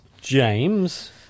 James